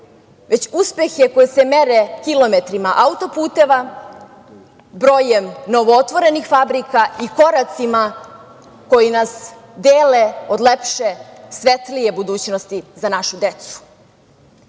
već uspehe koji se mere kilometrima auto-puteva, brojem novootvorenih fabrika i koracima koji nas dele od lepše, svetlije budućnosti za našu decu. Ono